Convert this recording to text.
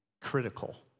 critical